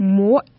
more